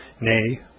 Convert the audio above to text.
nay